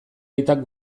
aitak